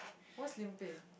whose lim-pei